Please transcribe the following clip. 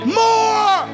more